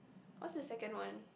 what's the second one